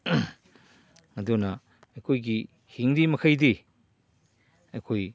ꯑꯗꯨꯅ ꯑꯩꯈꯣꯏꯒꯤ ꯍꯤꯡꯂꯤ ꯃꯈꯩꯗꯤ ꯑꯩꯈꯣꯏ